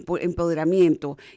empoderamiento